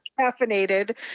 caffeinated